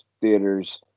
theaters